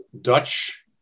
Dutch